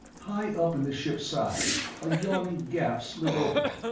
high up in the ship's side a yawning gap slid open,